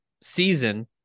season